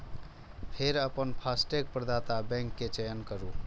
फेर अपन फास्टैग प्रदाता बैंक के चयन करू